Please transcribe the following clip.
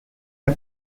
her